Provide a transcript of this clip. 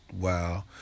wow